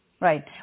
Right